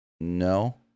No